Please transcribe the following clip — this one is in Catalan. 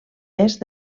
est